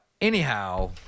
anyhow